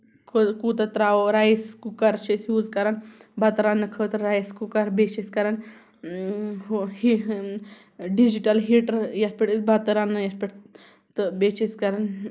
کوٗتاہ تراوو rice cooker چھِ أسۍ یوٗز کران بَتہٕ رَننہٕ خٲطرٕ رَیِس کُکر بیٚیہِ چھِ أسۍ کران ہُہ ہی ڈِجٹل ہیٖٹر یَتھ پٮ۪ٹھ أسۍ بتہٕ رنیے یَتھ پٮ۪ٹھ تہٕ بیٚیہِ چھِ أسۍ کران